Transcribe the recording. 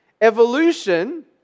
Evolution